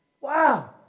Wow